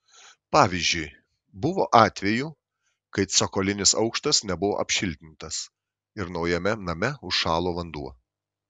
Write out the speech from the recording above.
pavyzdžiui buvo atvejų kai cokolinis aukštas nebuvo apšiltintas ir naujame name užšalo vanduo